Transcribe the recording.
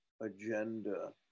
agenda